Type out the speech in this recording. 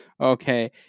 Okay